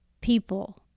people